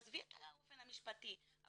עזבי את האופן המשפטי,